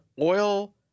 oil